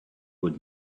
would